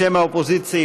בשם האופוזיציה,